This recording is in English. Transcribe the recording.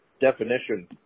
definition